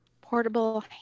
Portable